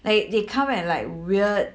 they they come and like weird